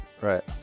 right